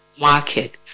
market